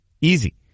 easy